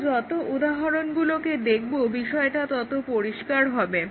আমরা যতো উদাহরণগুলোকে দেখব বিষয়টা ততো পরিষ্কার হবে